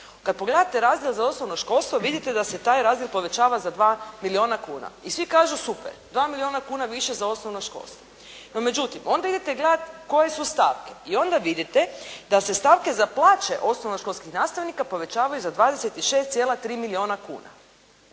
Kada pogledate razred za osnovno školstvo vidite da se taj razred povećava za 2 milijuna kuna. I svi kažu super. 2 milijuna kuna više za osnovno školstvo. No međutim, onda idete gledati koje su stavke, i onda vidite da se stavke za plaće osnovno školskih nastavnika povećavaju za 26,3 milijuna kuna,